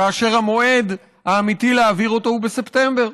כאשר המועד האמיתי להעביר אותו הוא בספטמבר.